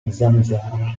zanzara